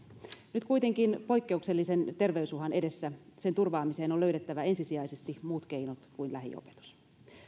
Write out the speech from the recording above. nyt kuitenkin poikkeuksellisen terveysuhan edessä sen turvaamiseen on löydettävä ensisijaisesti muut keinot kuin lähiopetus